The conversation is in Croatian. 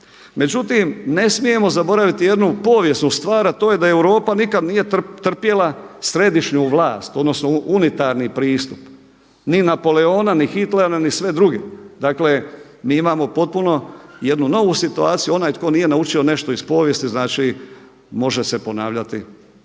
Međutim, ne smijemo zaboraviti jednu povijesnu stvar, a to je da Europa nikada nije trpjela središnju vlast odnosno unitarni pristup, ni Napoleona, ni Hitlera, niti sve druge. Dakle, mi imamo potpuno jednu novu situaciju. Onaj tko nije naučio nešto iz povijesti, znači može se ponavljati